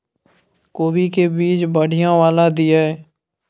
कोबी के बीज बढ़ीया वाला दिय?